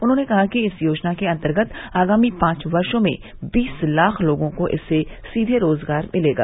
उन्होंने कहा कि इस योजना के अन्तर्गत आगामी पांच वर्षो में बैस लाख लोगों को इससे सीबे रोजगार मिलेगा